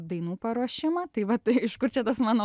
dainų paruošimą tai vat iš kur čia tas mano